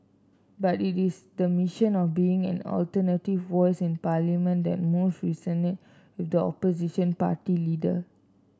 but it is the mission of being an alternative voice in Parliament that most resonate with the opposition party leader